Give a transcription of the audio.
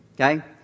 Okay